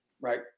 Right